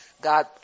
God